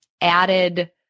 added